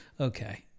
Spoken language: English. okay